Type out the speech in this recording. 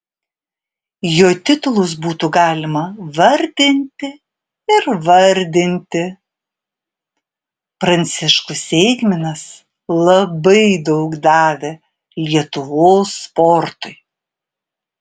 jo titulus būtų galima vardinti ir vardinti pranciškus eigminas labai daug davė lietuvos sportui